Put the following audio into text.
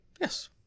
Yes